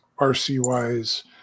RC-wise